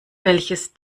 welches